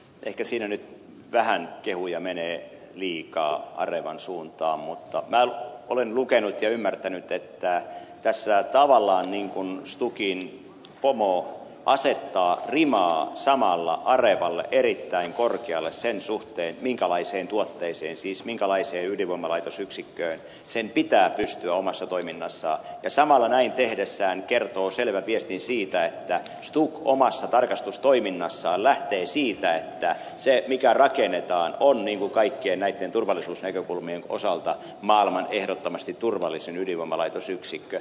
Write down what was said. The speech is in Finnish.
ehkä siinä nyt vähän kehuja menee liikaa arevan suuntaan mutta minä olen lukenut ja ymmärtänyt että tässä tavallaan niin kuin stukin pomo asettaa samalla rimaa arevalle erittäin korkealle sen suhteen minkälaiseen tuotteeseen siis minkälaiseen ydinvoimalaitosyksikköön sen pitää pystyä omassa toiminnassaan ja samalla näin tehdessään kertoo selvän viestin siitä että stuk omassa tarkastustoiminnassaan lähtee siitä että se mikä rakennetaan on niin kuin kaikkien näitten turvallisuusnäkökulmien osalta maailman ehdottomasti turvallisin ydinvoimalaitosyksikkö